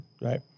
Right